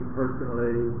personally